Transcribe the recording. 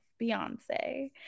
Beyonce